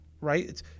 Right